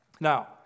Now